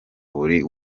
buri